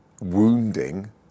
wounding